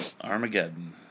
Armageddon